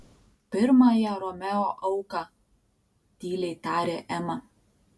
pirmąją romeo auką tyliai tarė ema